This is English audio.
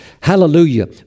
Hallelujah